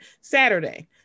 Saturday